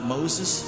Moses